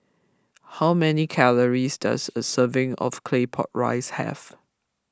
how many calories does a serving of Claypot Rice have